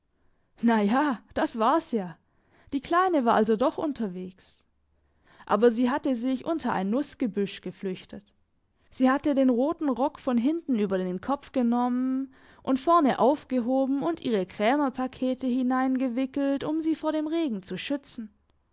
na ja das war's ja die kleine war also doch unterwegs aber sie hatte sich unter ein nussgebüsch geflüchtet sie hatte den roten rock von hinten über den kopf genommen und vorne aufgehoben und ihre krämerpakete hineingewickelt um sie vor dem regen zu schützen